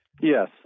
Yes